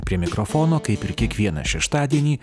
prie mikrofono kaip ir kiekvieną šeštadienį